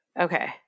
Okay